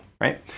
right